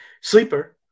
Sleeper